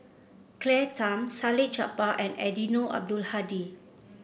Claire Tham Salleh Japar and Eddino Abdul Hadi